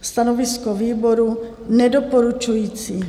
Stanovisko výboru nedoporučující.